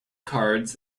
cards